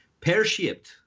pear-shaped